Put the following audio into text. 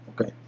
Okay